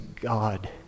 God